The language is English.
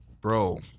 Bro